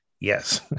yes